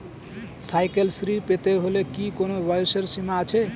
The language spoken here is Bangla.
সাইকেল শ্রী পেতে হলে কি কোনো বয়সের সীমা আছে?